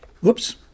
whoops